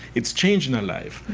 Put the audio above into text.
it's changing a life.